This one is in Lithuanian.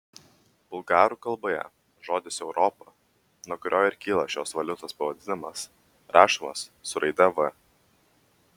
bulgarų kalboje žodis europa nuo kurio ir kyla šios valiutos pavadinimas rašomas su raide v